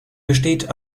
besteht